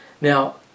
Now